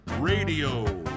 radio